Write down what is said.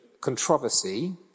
controversy